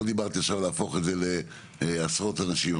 לא דיברתי עכשיו על להפוך את זה לעשרות אנשים,